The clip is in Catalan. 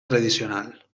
tradicional